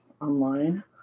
Online